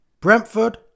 Brentford